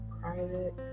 Private